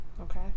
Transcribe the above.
Okay